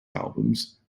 albums